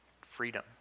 freedom